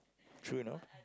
true enough